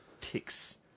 ticks